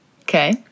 Okay